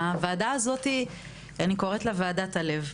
הוועדה הזאתי, אני קוראת לה, וועדת הלב,